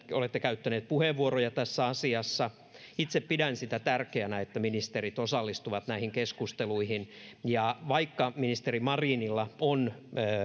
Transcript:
ja olette käyttäneet puheenvuoroja tässä asiassa itse pidän sitä tärkeänä että ministerit osallistuvat näihin keskusteluihin ja vaikka ministeri marinilla on